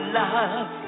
love